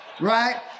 Right